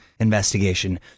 Investigation